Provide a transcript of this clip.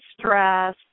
stress